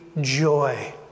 joy